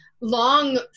long